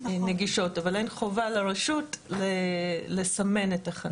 נגישות אבל אין חובה לרשות לסמן את החניות.